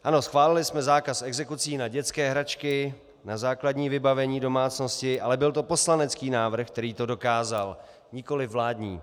Ano, schválili jsme zákaz exekucí na dětské hračky, na základní vybavení domácnosti, ale byl to poslanecký návrh, který to dokázal, nikoliv vládní.